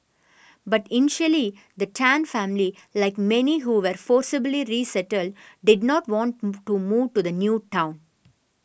but initially the Tan family like many who were forcibly resettled did not want to move to the new town